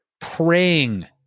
praying